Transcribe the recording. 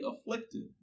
afflicted